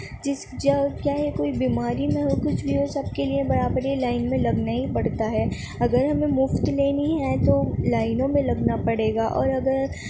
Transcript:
جس جو کیا ہے کوئی بیماری میں ہو کچھ بھی ہو سب کے لیے برابری لائن میں لگنا ہی پڑتا ہے اگر ہمیں مفت لینی ہے تو لائنوں میں لگنا پڑے گا اور اگر